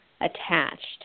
attached